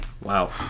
Wow